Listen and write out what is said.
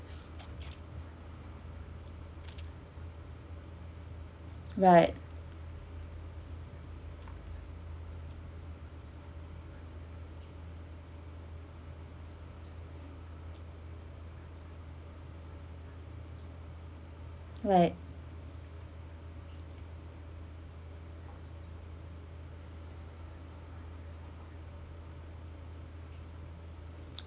right right